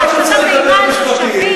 להשלטת אימה על תושבים?